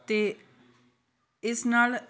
ਅਤੇ ਇਸ ਨਾਲ